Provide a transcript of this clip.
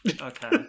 Okay